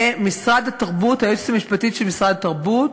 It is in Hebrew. ומשרד התרבות, היועצת המשפטית של משרד התרבות,